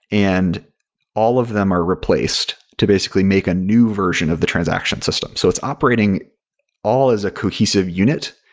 and all of them are replaced to basically make a new version of the transaction system. so, its operating all as a cohesive unit,